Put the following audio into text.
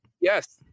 yes